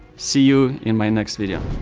see you in my next video.